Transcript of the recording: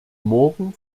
morgen